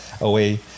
away